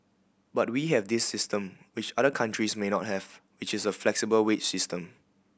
but we have this system which other countries may not have which is a flexible wage system